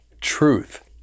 truth